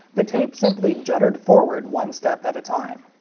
the tape simply juddered forward one step at a time.